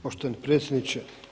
Poštovani predsjedniče.